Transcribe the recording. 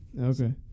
Okay